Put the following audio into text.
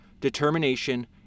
determination